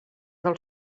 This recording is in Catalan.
del